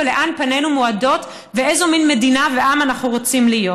אבל לאן פנינו מועדות ואיזו מין מדינה ועם אנחנו רוצים להיות.